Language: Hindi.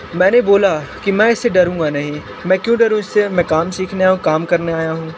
मैंने बोला मैं इससे डरूंगा नहीं मैं क्यों डरूं इससे मैं काम सिखने आया हूँ काम करने आया हूँ